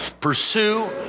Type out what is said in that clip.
Pursue